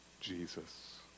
Jesus